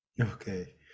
Okay